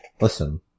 Listen